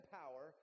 power